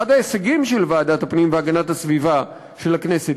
אחד ההישגים של ועדת הפנים והגנת הסביבה של הכנסת,